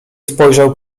spojrzał